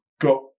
got